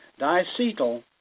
diacetyl